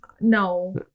No